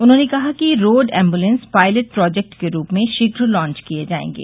उन्होंने कहा कि यह रोड ऐम्बुलेंस पायलेट प्रोजेक्ट के रूप में शीघ्र लांच किये जाये